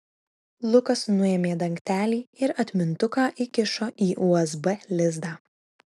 lukas nuėmė dangtelį ir atmintuką įkišo į usb lizdą